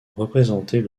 représenter